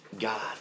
God